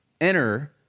enter